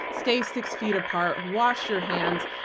stay six feet apart. wash your hands.